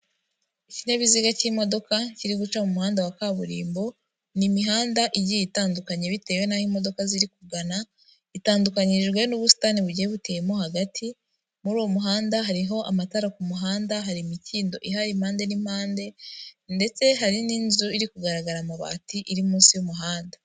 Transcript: Ikinyabiziga cy'imodoka kiri guca mu muhanda wa kaburimbo, ni imihanda igiye itandukanye bitewe n'aho imodoka ziri kugana, itandukanyijwe n'ubusitani bugiye buteyemo hagati, muri uwo muhanda hariho amatara ku muhanda, hari imikindo ihari impande n'impande ndetse hari n'inzu iri kugaragara amabati iri munsi y'umuhanda.